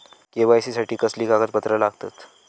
KYC साठी कसली कागदपत्र लागतत?